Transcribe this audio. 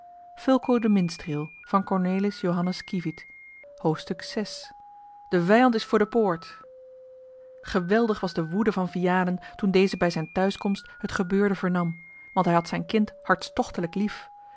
hoofdstuk de vijand is voor de poort geweldig was de woede van vianen toen deze bij zijne thuiskomst het gebeurde vernam want hij had zijn kind hartstochtelijk lief